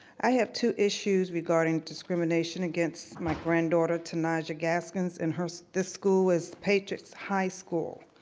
i have two issues regarding discrimination against my granddaughter, tenijah gaskins, in her, this school is the patriots high school.